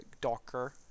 Docker